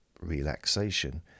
relaxation